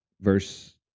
Verse